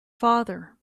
father